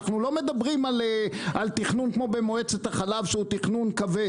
אנחנו לא מדברים על תכנון כמו במועצת החלב שהוא תכנון כבד.